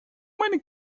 many